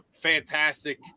fantastic